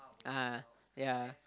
(uh huh) yeah